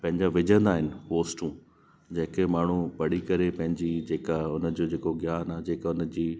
पंहिंजा विझंदा आहिनि पोस्टू जेके माण्हू पढ़ी करे पंहिंजी जेका उन जो जेको ज्ञान आहे जेका उन जी